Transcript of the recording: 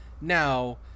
now